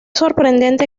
sorprendente